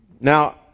Now